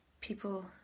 people